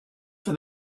for